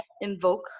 invoke